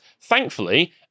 thankfully